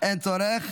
אין צורך.